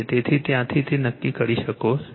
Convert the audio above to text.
તેથી ત્યાંથી તે નક્કી કરી શકો છો